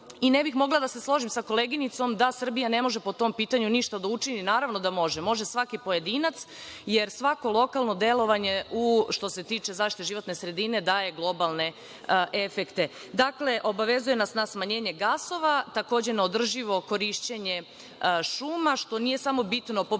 i ne bih mogla da se složim sa koleginicom da Srbija ne može po tom pitanju ništa da učini. Naravno da može, može svaki pojedinac, jer svako lokalno delovanje što se tiče zaštite životne sredine daje globalne efekte. Dakle, obavezuje nas na smanjenje gasova, takođe na održivo korišćenje šuma, što nije samo bitno po pitanju